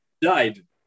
died